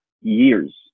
years